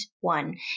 one